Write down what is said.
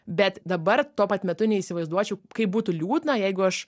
bet dabar tuo pat metu neįsivaizduočiau kaip būtų liūdna jeigu aš